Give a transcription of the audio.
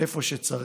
איפה שצריך.